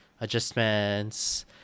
adjustments